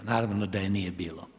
Naravno da je nije bilo.